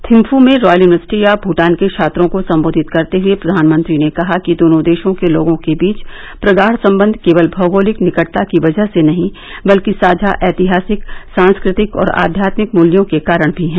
थिम्पू में Royal University of Bhutan के छात्रों को संबोधित करते हुए प्रधानमंत्री ने कहा कि दोनों देशों के लोगों के बीच प्रगाद संबंध केवल भौगोलिक निकटता की वजह से नहीं बेल्कि साझा ऐतिहासिक सांस्क तिक और आध्यात्मिक मूल्यों के कारण भी हैं